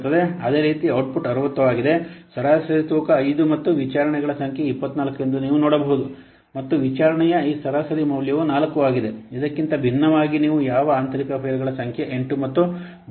ಅದೇ ರೀತಿ ಔಟ್ಪುಟ್ 60 ಆಗಿದೆ ಸರಾಸರಿ ತೂಕ 5 ಮತ್ತು ವಿಚಾರಣೆಗಳ ಸಂಖ್ಯೆ 24 ಎಂದು ನೀವು ನೋಡಬಹುದು ಮತ್ತು ವಿಚಾರಣೆಯ ಈ ಸರಾಸರಿ ಮೌಲ್ಯವು 4 ಆಗಿದೆ ಇದಕ್ಕಿಂತ ಭಿನ್ನವಾಗಿ ನೀವು ಯಾವ ಆಂತರಿಕ ಫೈಲ್ಗಳ ಸಂಖ್ಯೆ 8 ಮತ್ತು ಬಾಹ್ಯ ಸಂಪರ್ಕಸಾಧನಗಳ ಸಂಖ್ಯೆ 2 ಆಗಿದೆ